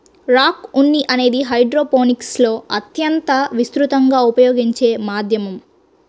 rock ఉన్ని అనేది హైడ్రోపోనిక్స్లో అత్యంత విస్తృతంగా ఉపయోగించే మాధ్యమం